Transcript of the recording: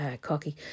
cocky